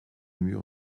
mur